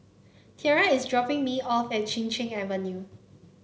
Tiara is dropping me off at Chin Cheng Avenue